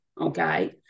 okay